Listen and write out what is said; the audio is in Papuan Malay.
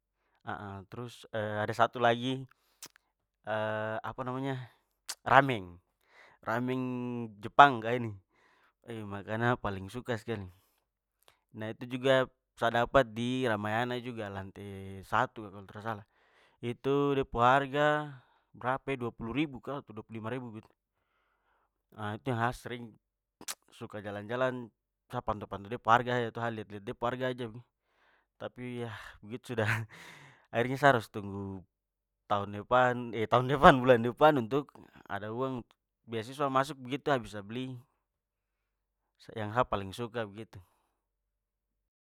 trus ada satu lagi apa namanya? Rameng! Rameng jepang ka ini. makanan sa paling suka skali. Nah itu juga sa dapat di ramayana juga lantai satu ka kalo tra salah, itu de pu harga brapa e? Dua puluh ribu ka atau dua puluh lima ribu begitu. itu yang sa sering suka jalan-jalan, sa pantau-pantau de pu harga saja to, sa lihat-lihat de pu harga saja tapi, ya begitu sudah! Akhirnya sa harus tunggu tahun depan, tahun depan, bulan depan untuk ada uang beasiswa masuk begitu sa bisa beli yang sa paling suka begitu.